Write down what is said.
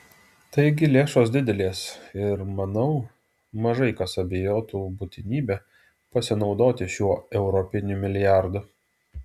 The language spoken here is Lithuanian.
taigi lėšos didelės ir manau mažai kas abejotų būtinybe pasinaudoti šiuo europiniu milijardu